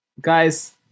Guys